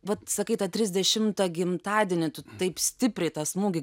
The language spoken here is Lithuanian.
vat sakai tą trisdešimtą gimtadienį tu taip stipriai tą smūgį